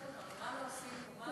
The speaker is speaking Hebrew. מה אתה יכול לשתף אותנו?